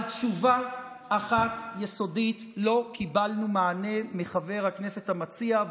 על שאלה אחת יסודית לא קיבלנו מענה מחבר הכנסת המציע.